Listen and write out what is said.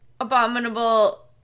Abominable